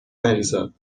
مریزاد